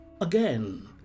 Again